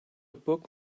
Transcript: book